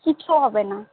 কিচ্ছু হবে না